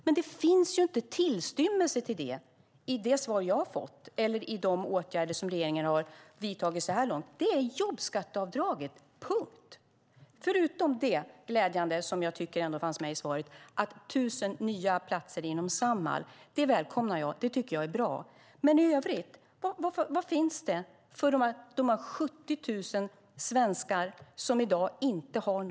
Men det finns ju inte tillstymmelse till det i det svar jag har fått eller i de åtgärder som regeringen har vidtagit så här långt. Det enda man talar om är jobbskatteavdraget, punkt, förutom det glädjande i svaret om 1 000 nya platser inom Samhall. Det välkomnar jag och tycker är bra, men vad finns det i övrigt för de 70 000 svenskar som inte har något att göra?